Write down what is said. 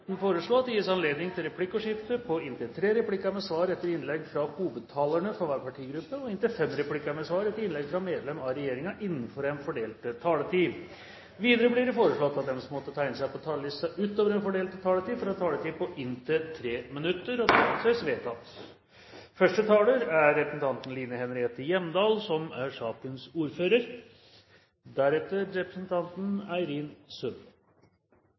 at det gis anledning til replikkordskifte på inntil tre replikker med svar etter innlegg fra hovedtalerne for hver partigruppe og inntil fem replikker med svar etter innlegg fra medlem av regjeringen innenfor den fordelte taletid. Videre blir det foreslått at de som måtte tegne seg på talerlisten utover den fordelte taletid, får en taletid på inntil 3 minutter. – Det anses vedtatt.